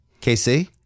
KC